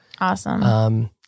Awesome